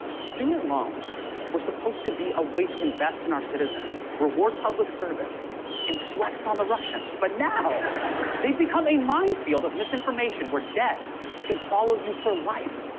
student loans were supposed to be a way to invest in our citizens, reward public service and flex on the russians, but now they've become a minefield of misinformation where debt can follow you for life.